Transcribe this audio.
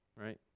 right